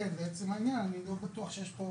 כן, לעצם העניין אני לא בטוח שיש פה